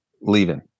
leaving